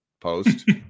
post